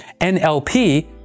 NLP